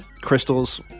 crystals